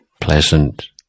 pleasant